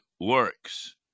works